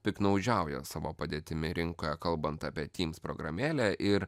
piktnaudžiauja savo padėtimi rinkoje kalbant apie teams programėlę ir